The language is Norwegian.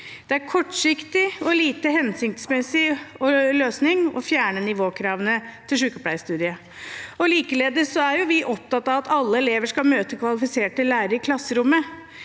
grunnskoler) 2024 siktsmessig løsning å fjerne nivåkravene til sykepleierstudiet. Likeledes er vi opptatt av at alle elever skal møte kvalifiserte lærere i klasserommet.